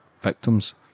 victims